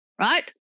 right